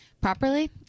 properly